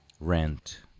rent